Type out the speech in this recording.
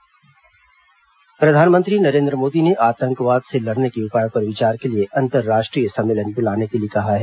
प्रधानमंत्री शिखर सम्मेलन प्रधानमंत्री नरेन्द्र मोदी ने आतंकवाद से लड़ने के उपायों पर विचार के लिए अंतर्राष्ट्रीय सम्मेलन बुलाने के लिए कहा है